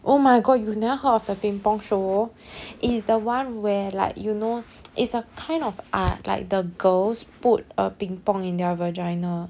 oh my god you never heard of the ping-pong show it's the one where like you know it's a kind of ah like the girls put a ping-pong in their vagina